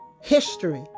history